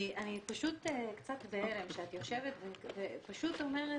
אני פשוט קצת בהלם שאת יושבת ופשוט אומרת